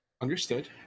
Understood